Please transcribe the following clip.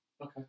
Okay